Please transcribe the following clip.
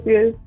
Yes